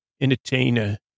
Entertainer